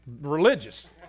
religious